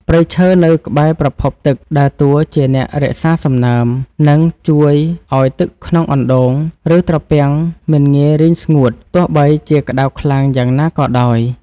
ព្រៃឈើនៅក្បែរប្រភពទឹកដើរតួជាអ្នករក្សាសំណើម និងជួយឱ្យទឹកក្នុងអណ្តូង ឬត្រពាំងមិនងាយរីងស្ងួតទោះបីជាក្តៅខ្លាំងយ៉ាងណាក៏ដោយ។